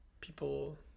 people